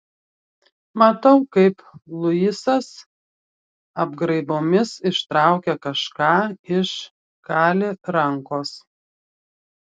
matau kaip luisas apgraibomis ištraukia kažką iš kali rankos